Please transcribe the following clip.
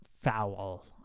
foul